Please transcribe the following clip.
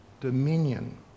dominion